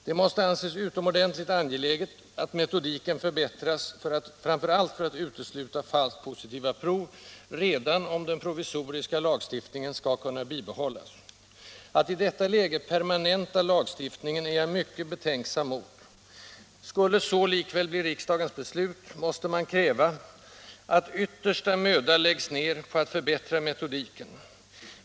Det måste anses utomordentligt angeläget att metodiken förbättras, framför allt för att utesluta falskt positiva prov, redan 91 prov om den provisoriska lagstiftningen skall kunna bibehållas. Att i detta läge permanenta lagstiftningen är jag mycket betänksam mot. Skulle så likväl bli riksdagens beslut, måste man kräva att yttersta möda läggs ned för att förbättra metodiken.